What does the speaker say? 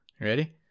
Ready